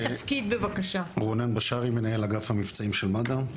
אני מנהל אגף המבצעים של מד"א.